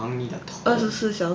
忙你的头啊